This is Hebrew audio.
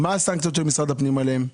מה הסנקציות של משרד הפנים עליהם?